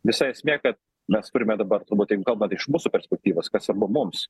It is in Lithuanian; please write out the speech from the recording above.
visa esmė kad mes turime dabar jeigu kalbant iš mūsų perspektyvos kas svarbu mums